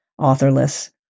authorless